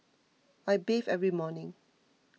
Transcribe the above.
I bathe every morning